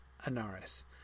Anaris